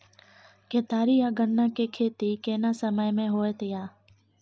केतारी आ गन्ना के खेती केना समय में होयत या?